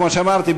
כמו שאמרתי,